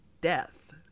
death